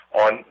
on